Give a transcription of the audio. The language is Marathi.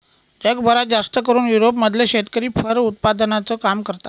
जगभरात जास्तकरून युरोप मधले शेतकरी फर उत्पादनाचं काम करतात